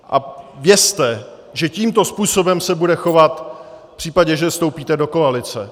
A vězte, že tímto způsobem se bude chovat v případě, že vstoupíte do koalice.